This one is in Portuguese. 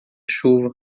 chuva